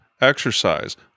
exercise